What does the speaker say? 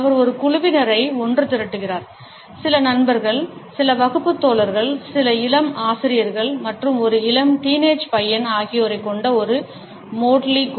அவர் ஒரு குழுவினரை ஒன்று திரட்டுகிறார் சில நண்பர்கள் சில வகுப்பு தோழர்கள் சில இளம் ஆசிரியர்கள் மற்றும் ஒரு இளம் டீனேஜ் பையன் ஆகியோரைக் கொண்ட ஒரு மோட்லி குழு